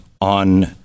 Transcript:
on